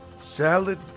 salad